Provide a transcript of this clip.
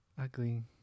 ugly